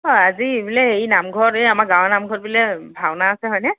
অঁ আজি বোলে হেৰি নামঘৰত এই আমাৰ গাঁৱৰ নামঘৰত বোলে ভাওনা আছে হয়নে